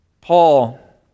Paul